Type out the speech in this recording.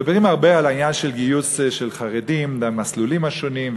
מדברים הרבה על גיוס של חרדים למסלולים השונים,